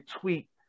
tweet